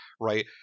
Right